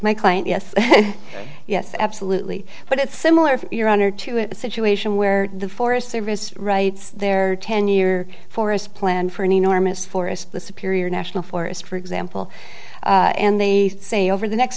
my client yes yes absolutely but it's similar if your honor to it a situation where the forest service writes their ten year forest plan for an enormous forest the superior national forest for example and they say over the next